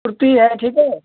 कुर्ती है ठीक है